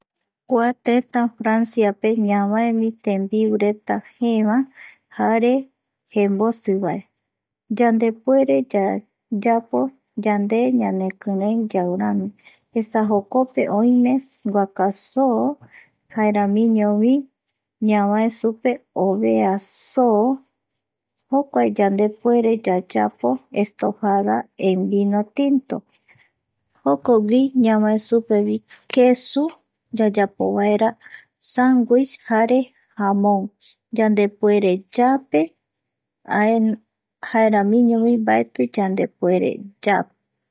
Kua Tëtä Franciape ñavaevi tembiureta jëévae jare jembosivae yandepuere ya, yapo yande ñanekirei yae rami esa jokope oime guaka soo jaeramiñovi ñavae supe ovaea soo jokua yandepuere yayapo estofada en vino tinto jokogui ñave supevi kesu yayapovaera sangui jare jamon, yandepuere yaape jaeramiñovi mbaeti yandepuere yape